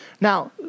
Now